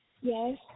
Yes